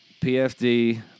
pfd